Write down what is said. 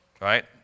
Right